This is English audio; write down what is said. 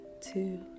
two